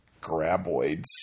Graboids